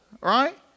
right